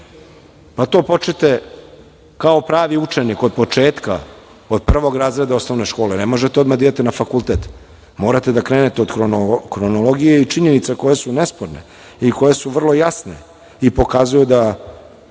pa to počnete kao pravi učenik od početka, od prvog razreda osnovne škole, ne možete odmah da idete na fakultet. Morate da krenete od hronologije i činjenica koje su nesporne i koje su vrlo jasne i pokazuju da